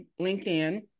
LinkedIn